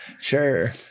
Sure